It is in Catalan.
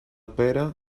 pera